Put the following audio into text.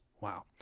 Wow